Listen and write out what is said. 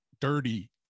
dirty